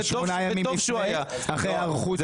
שמונה ימים לפני, אחרי היערכות למחאה.